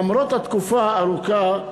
למרות התקופה הארוכה,